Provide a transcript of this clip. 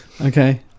Okay